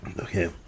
Okay